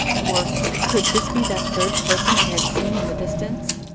or could this be that third person i had seen in the distance?